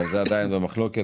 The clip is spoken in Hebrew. אבל זה עדיין במחלוקת.